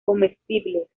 comestibles